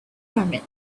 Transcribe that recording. moment